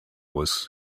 was